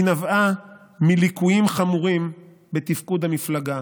היא נבעה מליקויים חמורים בתפקוד המפלגה.